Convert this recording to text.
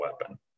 weapon